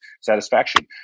satisfaction